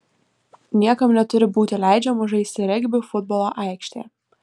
niekam neturi būti leidžiama žaisti regbį futbolo aikštėje